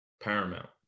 paramount